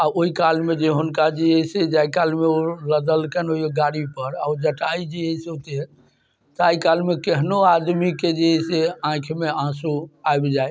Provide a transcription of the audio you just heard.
आ ओइ कालमे जे हुनका जे है से जाइ कालमे लदलकनि ओइ गाड़ीपर ओ जटायु जे ओते ताहि कालमे केहनो आदमीके जे से आँखिमे आँसू आबि जाइ